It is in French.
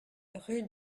rue